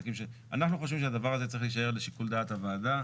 אנחנו חושבים שהדבר הזה צריך להישאר לשיקול דעת הוועדה.